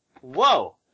Whoa